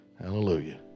Hallelujah